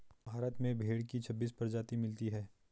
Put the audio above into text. भारत में भेड़ की छब्बीस प्रजाति मिलती है